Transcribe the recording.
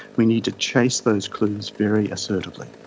we need to chase those clues very assertively.